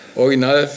original